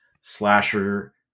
slasher